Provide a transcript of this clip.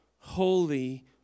holy